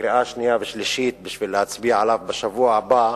לקריאה שנייה ושלישית, כדי להצביע עליו בשבוע הבא,